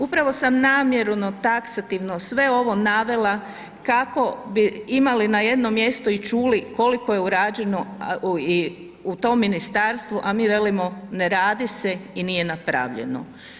Upravo sam namjerno taksativno sve ovo navela kako bi imali na jednom mjestu i čuli koliko je urađeno u tom ministarstvu, a mi velimo ne radi se i nije napravljeno.